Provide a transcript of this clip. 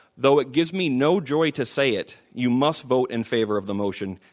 though it gives me no joy to say it, you must vote in favor of the motion,